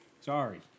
Sorry